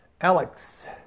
Alex